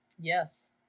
Yes